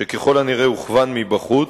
שככל הנראה הוכוון מבחוץ,